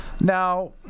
Now